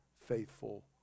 faithful